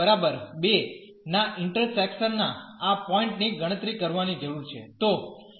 તેથી આપણે આ xy 2 ના ઇન્ટરસેકશન ના આ પોઇન્ટ ની ગણતરી કરવાની જરૂર છે